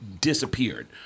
disappeared